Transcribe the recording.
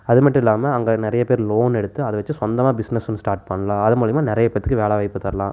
அது மட்டும் இல்லாமல் அங்கே நிறைய பேர் லோன் எடுத்து அதை வச்சு சொந்தமாக பிஸ்னஸ் வந்து ஸ்டார்ட் பண்ணலாம் அது மூலிமா நிறைய பேற்றுக்கு வேலை வாய்ப்பு தரலாம்